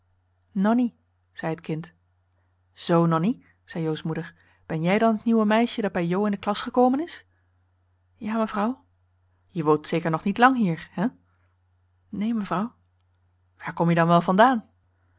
nonnie zei het kind zoo nonnie zei jo's moeder ben jij dan het nieuwe meisje dat bij jo in de klas gekomen is ja mevrouw je woont zeker nog niet lang hier hè neen mevrouw waar kom je dan wel vandaan